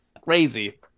crazy